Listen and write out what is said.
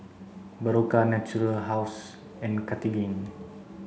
Berocca Natura House and Cartigain